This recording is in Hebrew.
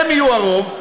הם יהיו הרוב,